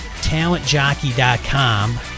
talentjockey.com